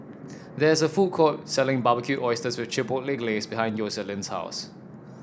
there is a food court selling Barbecued Oysters with Chipotle Glaze behind Yoselin's house